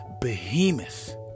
behemoth